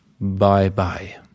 Bye-bye